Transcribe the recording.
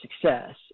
success